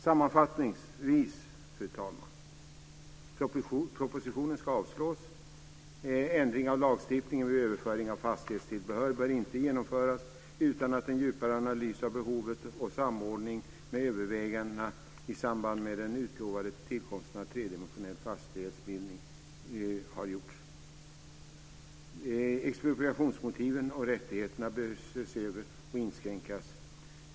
Sammanfattningsvis, fru talman: Propositionen ska avslås! Ändring av lagstiftningen vid överföring av fastighetstillbehör bör inte genomföras utan att en djupare analys av behovet och samordning med övervägandena i samband med den utlovade tillkomsten av tredimensionell fastighetsbildning har gjorts. Expropriationsmotiven och rättigheterna bör ses över och inskränkas.